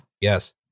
Yes